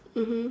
mmhmm